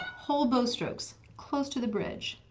whole bow strokes, close to the bridge,